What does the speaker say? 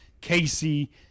casey